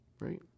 right